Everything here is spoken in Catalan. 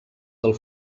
del